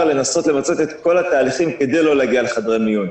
לנסות למצות את כל התהליכים כדי לא להגיע לחדרי מיון.